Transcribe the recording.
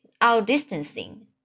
outdistancing